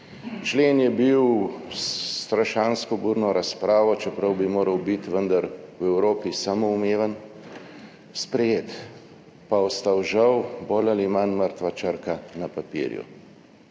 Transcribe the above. Člen je bil s strašansko burno razpravo, čeprav bi moral biti vendar v Evropi samoumeven, sprejet, pa ostal žal bolj ali manj mrtva črka na papirju.